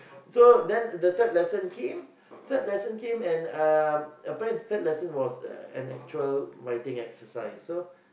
so then the third lesson came third lesson came and um apparently third lesson was uh an actual writing exercise so